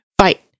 fight